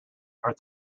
are